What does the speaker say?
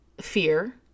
fear